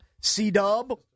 C-Dub